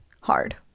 hard